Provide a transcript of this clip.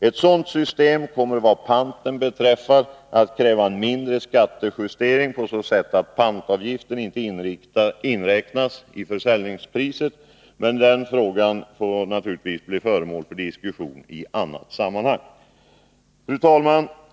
Ett sådant system kommer vad panten beträffar att kräva en mindre skattejustering på så sätt att pantavgiften inte inräknas i försäljningspriset, men den frågan får bli föremål för diskussion i annat sammanhang.